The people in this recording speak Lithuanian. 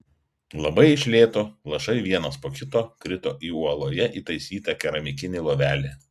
labai iš lėto lašai vienas po kito krito į uoloje įtaisytą keramikinį lovelį